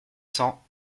cents